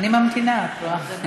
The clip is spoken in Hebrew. אני ממתינה, את רואה.